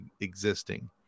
existing